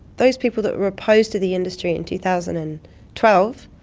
those people that were opposed to the industry in two thousand and twelve,